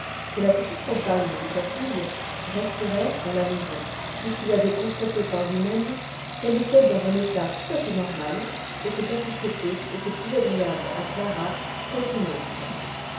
que la petite compagne de sa fille resterait dans la maison puisqu'il avait constaté par lui-même qu'elle était dans un état tout à fait normal et que sa société était plus agréable à clara qu'aucune autre